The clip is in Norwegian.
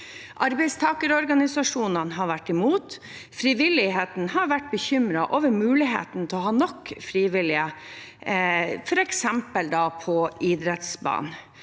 Arbeidstakerorganisasjonene har vært imot. Frivilligheten har vært bekymret over muligheten til å ha nok frivillige, f.eks. på idrettsbanen.